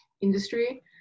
industry